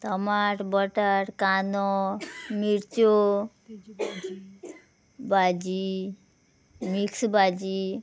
टमाट बटाट कांदो मिरच्यो भाजी मिक्स भाजी